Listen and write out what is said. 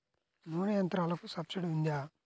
నూనె యంత్రాలకు సబ్సిడీ ఉందా?